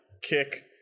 kick